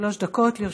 שלוש דקות לרשותך.